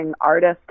artist